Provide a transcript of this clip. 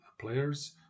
players